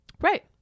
Right